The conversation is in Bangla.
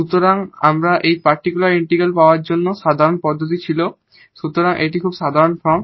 সুতরাং আমরা এই পার্টিকুলার ইন্টিগ্রাল পাওয়ার জন্য সাধারণ পদ্ধতি ছিল সুতরাং এটি একটি খুব সাধারণ ফর্ম